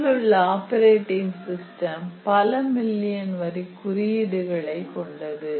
அதிலுள்ள operating system பலமில்லியன் வரி குறியீடுகளை கொண்டது